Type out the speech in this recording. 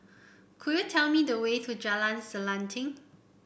could you tell me the way to Jalan Selanting